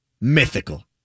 mythical